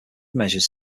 measures